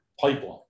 pipeline